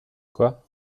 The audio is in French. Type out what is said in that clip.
quoi